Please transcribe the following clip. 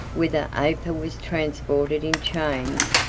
whither aper was transported in chains,